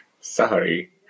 Sorry